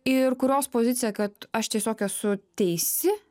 ir kurios pozicija kad aš tiesiog esu teisi